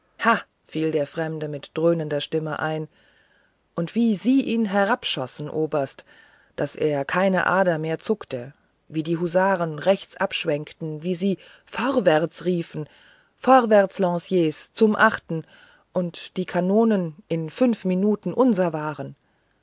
fiel der fremde mit dröhnender stimme ein und wie sie ihn herabschossen oberst daß er keine ader mehr zuckte wie die husaren rechts abschwenkten wie sie vorwärts riefen vorwärts lanciers vom achten und die kanonen in fünf minuten unser waren